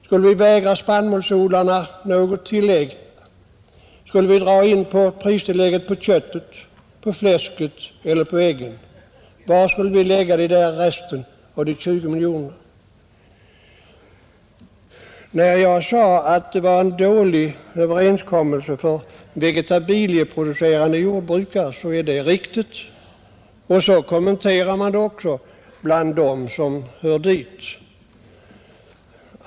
Skall vi vägra spannmålsodlarna deras tillägg, eller skall vi skära ned pristillägget på köttet, på fläsket eller på äggen? Var skall vi lägga resten, de 20 miljonerna? Jag sade att detta är en dålig överenskommelse för vegetabilieproducerande jordbrukare, och så kommenteras överenskommelsen också av dem.